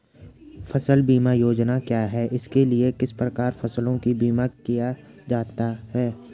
फ़सल बीमा योजना क्या है इसके लिए किस प्रकार फसलों का बीमा किया जाता है?